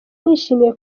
nishimiye